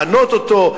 למנות אותו,